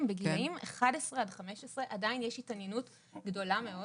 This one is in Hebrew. בגילאים 11 עד 15 עדיין יש התעניינות גדולה מאוד